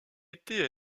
été